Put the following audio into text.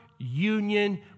union